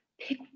pick